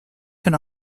can